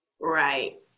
Right